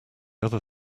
other